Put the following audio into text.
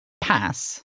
pass